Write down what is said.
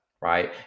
right